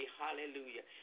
hallelujah